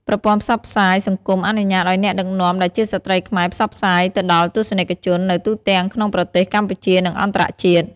ប្រព័ន្ធផ្សព្វផ្សាយសង្គមអនុញ្ញាតឱ្យអ្នកដឹកនាំដែលជាស្ត្រីខ្មែរផ្សព្វផ្សាយទៅដល់ទស្សនិកជននៅទូទាំងក្នុងប្រទេសកម្ពុជា និងអន្តរជាតិ។